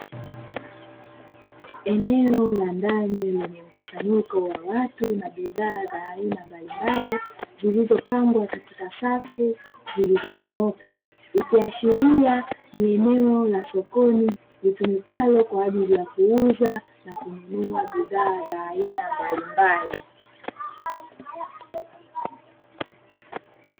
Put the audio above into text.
Eneo la ndani lenye mkusanyiko wa watu na bidhaa za aina mbalimbali, zilizopangwa katika safu zilizonyooka. Ikiashiria ni eneo la sokoni litumikalo kwa ajili ya kuuza na kununua bidhaa za aina mbalimbali.